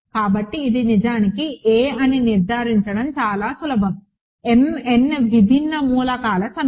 కాబట్టి ఇది నిజానికి a అని నిర్ధారించడం చాలా సులభం m n విభిన్న మూలకాల సమితి